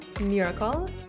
miracle